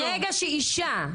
ברגע שאישה,